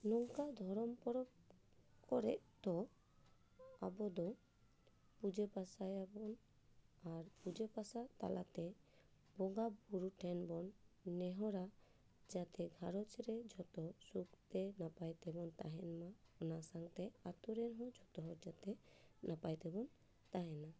ᱱᱚᱝᱠᱟ ᱫᱷᱚᱨᱚᱢ ᱯᱚᱨᱚᱵ ᱠᱚᱨᱮᱫᱚ ᱟᱵᱚᱫᱚ ᱯᱩᱡᱟᱹ ᱯᱟᱥᱟᱭ ᱟᱵᱚᱱ ᱟᱨ ᱯᱩᱡᱟᱹ ᱯᱟᱥᱟ ᱛᱟᱞᱟᱛᱮ ᱵᱚᱸᱜᱟ ᱵᱩᱨᱩ ᱴᱷᱮᱱ ᱵᱚᱱ ᱱᱮᱦᱚᱨᱟ ᱡᱟᱛᱮ ᱜᱷᱟᱨᱚᱸᱡᱽ ᱨᱮ ᱡᱚᱛᱚ ᱥᱩᱠᱛᱮ ᱱᱟᱯᱟᱭᱛᱮ ᱵᱚᱱ ᱛᱟᱦᱮᱱ ᱢᱟ ᱚᱱᱟ ᱥᱟᱣᱛᱮ ᱟᱛᱳᱨᱮᱱ ᱦᱚ ᱡᱚᱛᱚ ᱦᱚᱲ ᱡᱟᱛᱮ ᱱᱟᱯᱟᱭ ᱛᱮᱵᱚᱱ ᱛᱟᱦᱮᱱ ᱢᱟ